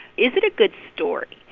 is it a good story?